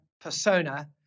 persona